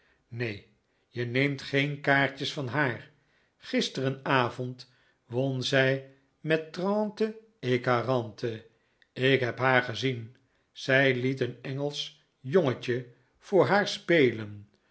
nee je neemt geen kaartjes van haar gisterenavond won zij met trente et quarante ik heb haar gezien zij liet een engelsch jongetje voor haar spelen